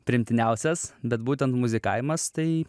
priimtiniausias bet būtent muzikavimas tai